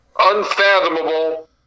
unfathomable